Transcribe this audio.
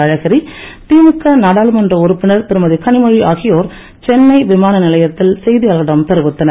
அழகிரி திமுக நாடாளுமன்ற உறுப்பினர் திருமதி கனிமொழி ஆகியோர் சென்னை விமானநிலையத்தில் செய்தியாளர்களிடம் தெரிவித்தனர்